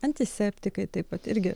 antiseptikai taip pat irgi